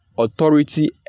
authority